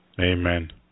Amen